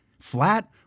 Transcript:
Flat